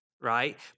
Right